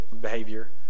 behavior